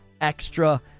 extra